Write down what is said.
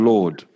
Lord